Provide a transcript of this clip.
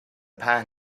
pan